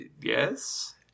yes